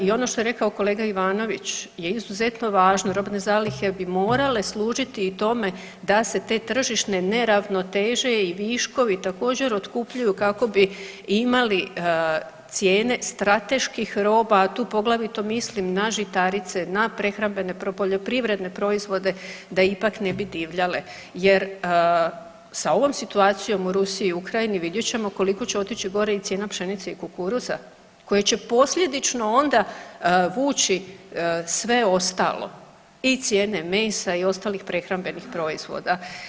I ono što je rekao kolega Ivanović je izuzetno važno, robne zalihe bi morale služiti i tome da se te tržišne neravnoteže i viškovi također, otkupljuju kako bi imali cijene strateških roba, a tu poglavito mislim na žitarice, na prehrambene poljoprivredne proizvode, da ipak ne bi divljale jer sa ovom situacijom u Rusiji i Ukrajini, vidjet ćemo koliko će otići gore i cijena pšenice i kukuruza koje će posljedično onda vuči sve ostalo i cijene mesa i ostalih prehrambenih proizvoda.